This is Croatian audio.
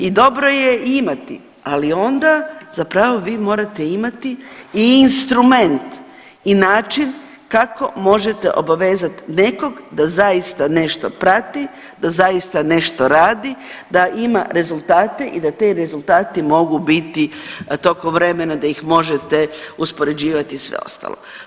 I dobro je imati, ali onda zapravo vi morate imati i instrument i način kako možete obvezati nekog da zaista nešto prati, da zaista nešto radi, da ima rezultate i da ti rezultati mogu biti tokom vremena da ih možete uspoređivati i sve ostalo.